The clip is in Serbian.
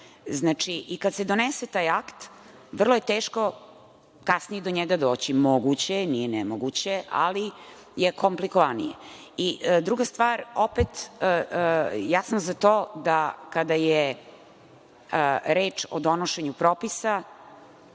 Znači, kada se donese taj akt vrlo je teško kasnije do njega doći. Moguće je, nije nemoguće, ali je komplikovanije. Druga stvar, ja sam za to da, kada je reč o donošenju propisa,